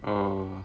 oh